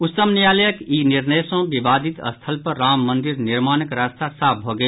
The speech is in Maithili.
उच्चतम न्यायालयक ई निर्णय सँ विवादित स्थल पर राम मंदिर निर्माणक रास्ता साफ भऽ गेल